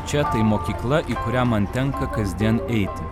čia tai mokykla į kurią man tenka kasdien eiti